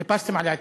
טיפסתם על העצים.